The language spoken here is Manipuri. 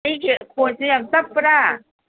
ꯑꯩꯒꯤ ꯈꯣꯟꯁꯤ ꯌꯥꯝ ꯇꯞꯄꯔꯥ